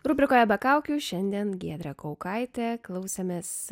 rubrikoje be kaukių šiandien giedrę kaukaitę klausėmės